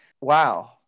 wow